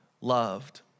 loved